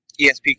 ESP